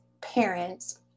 parents